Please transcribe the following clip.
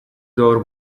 door